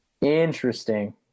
interesting